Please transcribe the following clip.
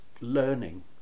learning